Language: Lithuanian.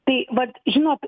tai vat žinot